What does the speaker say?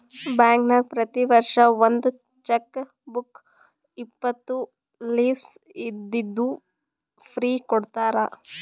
ಬ್ಯಾಂಕ್ನಾಗ್ ಪ್ರತಿ ವರ್ಷ ಒಂದ್ ಚೆಕ್ ಬುಕ್ ಇಪ್ಪತ್ತು ಲೀವ್ಸ್ ಇದ್ದಿದ್ದು ಫ್ರೀ ಕೊಡ್ತಾರ